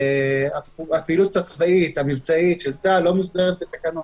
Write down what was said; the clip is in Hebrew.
הפעילות הצבאית המבצעית של צה"ל לא מוסדרת בתקנות.